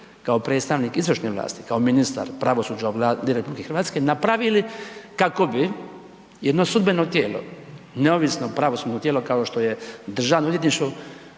kao predstavnik izvršne vlasti, kao ministar pravosuđa u Vladi RH napravili kako bi jedno sudbeno tijelo, neovisno pravosudno tijelo kao što je Državno odvjetništvo